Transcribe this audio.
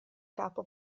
capo